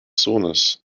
sohnes